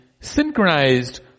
synchronized